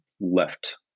left